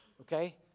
Okay